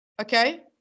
okay